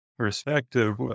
Perspective